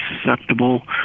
susceptible